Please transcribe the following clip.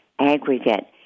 aggregate